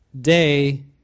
day